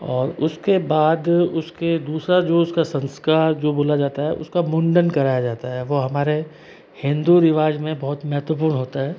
और उसके बाद उसके दूसरा जो उसका संस्कार जो बोला जाता है उसका मुंडन कराया जाता है वो हमारे हिंदू रिवाज में बहुत महत्वपूर्ण होता है